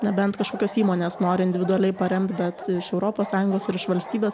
nebent kažkokios įmonės nori individualiai paremti bet iš europos sąjungos ir iš valstybės